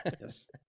Yes